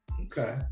Okay